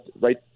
right